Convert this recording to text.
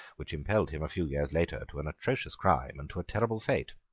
which impelled him a few years later to an atrocious crime and to a terrible fate.